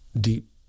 deep